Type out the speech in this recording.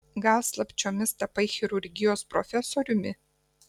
gal slapčiomis tapai chirurgijos profesoriumi